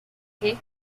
cage